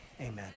amen